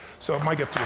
so my gift